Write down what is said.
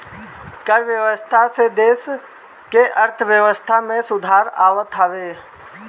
कर व्यवस्था से देस के अर्थव्यवस्था में सुधार आवत हवे